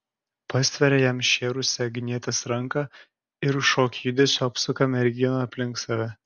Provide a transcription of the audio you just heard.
pastveria jam šėrusią agnietės ranką ir šokio judesiu apsuka merginą aplink save